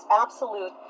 absolute